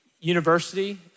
university